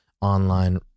online